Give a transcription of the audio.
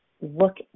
look